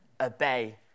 Obey